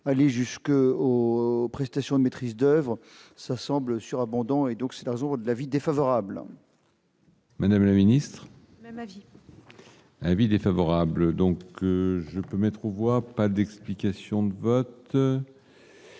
aller jusqu'au prestation de maîtrise d'oeuvre, ça semble surabondant et donc c'est un jour de l'avis défavorable. Madame la Ministre. Mais magique. Avis défavorable, donc je peux mettre aux voix, pas d'explications de vote.